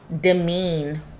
demean